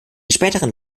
späteren